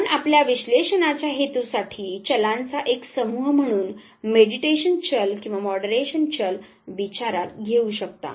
आपण आपल्या विश्लेषनाच्या हेतु साठी चलांचा एक समूह म्हणून मेडीटेशन चल किंवा मॉडरेशन चल विचारात घेऊ शकता